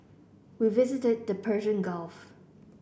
we visited the Persian Gulf